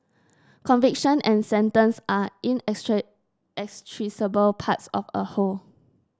conviction and sentence are parts of a whole